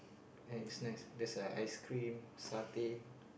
and it's nice that's a ice cream satay